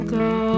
go